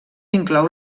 inclou